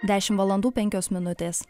dešimt valandų penkios minutės